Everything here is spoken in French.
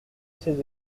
ses